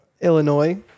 Illinois